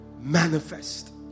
manifest